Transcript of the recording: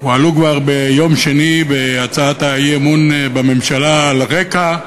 וראינו שכן היו מקרים שהאופוזיציה הצליחה,